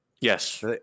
Yes